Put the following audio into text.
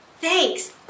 Thanks